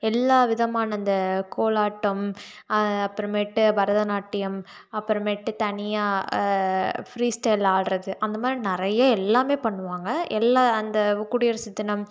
எல்லா விதமான இந்த கோலாட்டம் அப்புறமேட்டு பரதநாட்டியம் அப்புறமேட்டு தனியாக ஃப்ரீ ஸ்டைல் ஆடுறது அந்த மாதிரி நிறைய எல்லாமே பண்ணுவாங்கள் எல்லா அந்த குடியரசு தினம்